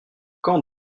quand